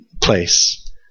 place